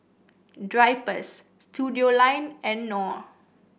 Drypers Studioline and Knorr